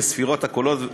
וספירת הקולות,